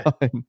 time